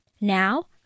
Now